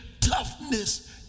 toughness